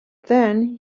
then